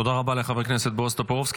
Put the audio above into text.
תודה רבה לחבר הכנסת בועז טופורובסקי.